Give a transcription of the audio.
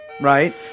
right